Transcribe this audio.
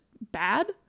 bad